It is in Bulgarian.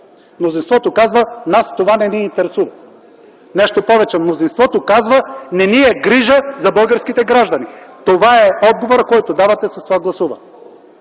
Мнозинството казва: нас това не ни интересува. Нещо повече – мнозинството казва, не ни е грижа за българските граждани. Това е отговорът, който давате с това гласуване.